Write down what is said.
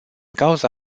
cauza